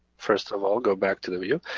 first of all go back to the view.